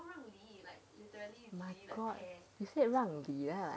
like my god you said 让梨 lah